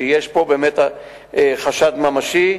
שיש פה באמת חשד ממשי.